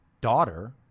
daughter